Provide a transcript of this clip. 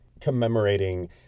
commemorating